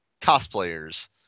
cosplayers